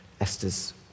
Esther's